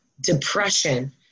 depression